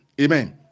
Amen